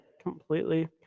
completely